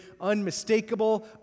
unmistakable